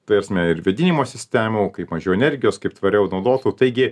ta prasme ir vėdinimo sistemų kaip mažiau energijos kaip tvariau naudotų taigi